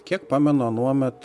kiek pamenu anuomet